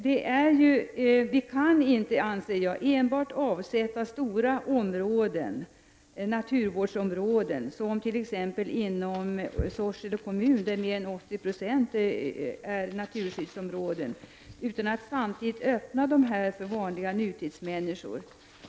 Jag anser att man inte enbart kan avsätta stora naturvårdsområden — inom t.ex. Sorsele kommun är mer än 80 26 naturskyddsområden — utan att samtidigt öppna dessa områden för vanliga nutidsmänniskor.